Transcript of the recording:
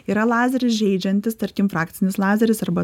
yra lazeris žeidžiantis tarkim frakcinis lazeris arba